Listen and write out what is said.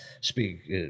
speak